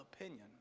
opinion